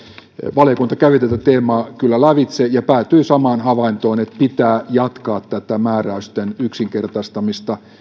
valiokunta kävi tätä teemaa kyllä lävitse ja päätyi samaan havaintoon että pitää jatkaa määräysten yksinkertaistamista